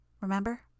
Remember